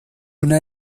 una